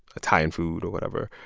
italian food or whatever.